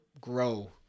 grow